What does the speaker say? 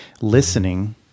listening